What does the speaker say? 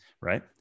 right